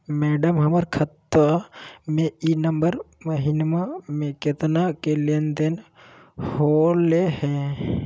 madam, हमर खाता में ई नवंबर महीनमा में केतना के लेन देन होले है